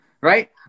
right